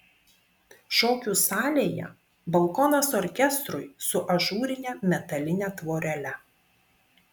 šokių salėje balkonas orkestrui su ažūrine metaline tvorele